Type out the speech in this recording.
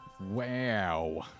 Wow